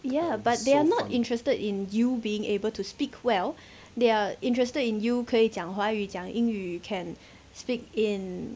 ya but they are not interested in you being able to speak well they're interested in you 可以讲华语讲英语 can speak in